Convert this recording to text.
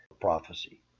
prophecy